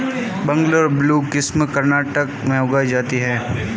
Bangalore blue किस्म कर्नाटक में उगाई जाती है